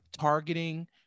targeting